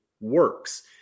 works